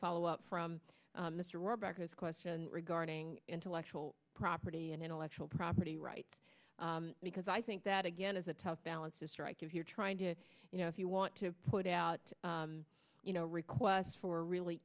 follow up from the baucus question regarding intellectual property and intellectual property rights because i think that again is a tough balance to strike if you're trying to you know if you want to put out you know requests for really